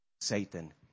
Satan